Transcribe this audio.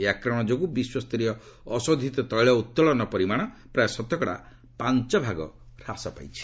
ଏହି ଆକ୍ରମଣ ଯୋଗୁଁ ବିଶ୍ୱସ୍ତରୀୟ ଅଶୋଧିତ ତୈଳ ଉତ୍ତୋଳନ ପରିମାଣ ପ୍ରାୟ ଶତକଡ଼ା ପାଞ୍ଚ ଭାଗ ହ୍ରାସ ପାଇଛି